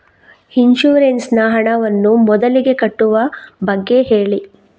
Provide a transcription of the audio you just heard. insurance ನ ಹಣವನ್ನು ಮೊದಲಿಗೆ ಕಟ್ಟುವ ಬಗ್ಗೆ ಹೇಳಿ